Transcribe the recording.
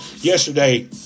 yesterday